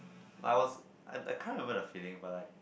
I was I I can't remember the feeling but like